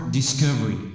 Discovery